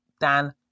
Dan